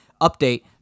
Update